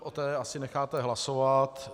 O té asi necháte hlasovat.